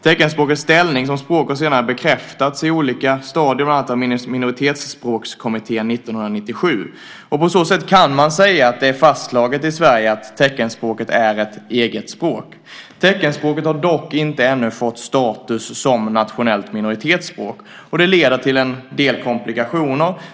Teckenspråkets ställning som språk har senare bekräftats i olika stadier, bland annat i Minoritetsspråkskommittén 1997. På så sätt kan man säga att det är fastslaget i Sverige att teckenspråket är ett eget språk. Teckenspråket har dock inte ännu fått status som nationellt minoritetsspråk. Det leder till en del komplikationer.